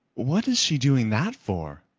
what is she doing that for?